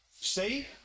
See